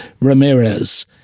ramirez